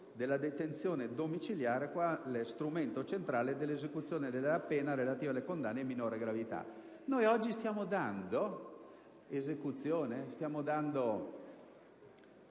della detenzione domiciliare quale strumento centrale dell'esecuzione della pena relativa alle condanne di minore gravità. Oggi stiamo dando attuazione ad una